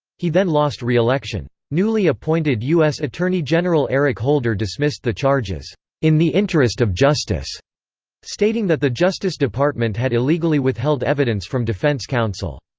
he then lost re-election. newly appointed us attorney general eric holder dismissed the charges in the interest of justice stating that the justice department had illegally withheld evidence from defense counsel.